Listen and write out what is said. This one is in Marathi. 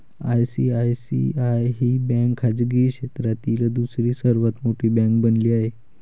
आय.सी.आय.सी.आय ही बँक खाजगी क्षेत्रातील दुसरी सर्वात मोठी बँक बनली आहे